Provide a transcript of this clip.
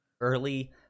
early